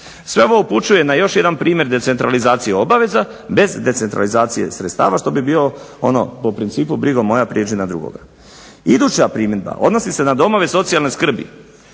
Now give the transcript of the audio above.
Sve ovo upućuje na još jedan primjer decentralizacije obaveza, bez decentralizacije sredstava, što bi bio, ono po principu brigo moja prijeđi na drugoga. Iduća primjedba odnosi se na domove socijalne skrbi.